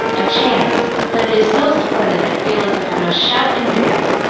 a chance, but it is so splendid i feel as if i must shout and dance,